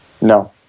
No